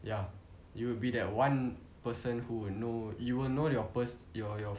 ya you would be the one person who know you will know your your